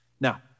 Now